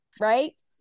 right